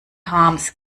harms